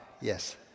yes